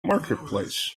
marketplace